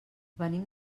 venim